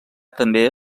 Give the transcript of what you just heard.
també